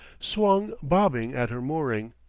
swung bobbing at her mooring,